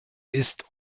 ist